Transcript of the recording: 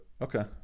Okay